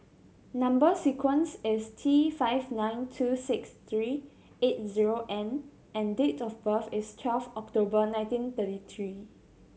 number sequence is T five nine two six three eight zero N and date of birth is twelve October nineteen thirty three